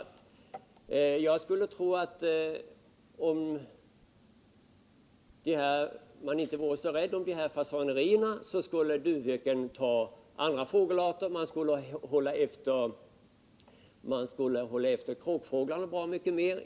Och jag skulle tro att om man inte vore så rädd om fasanerierna skulle duvhöken ta andra fågelarter i stället, och kråkfåglarna skulle då hållas efter mycket bättre.